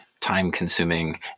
time-consuming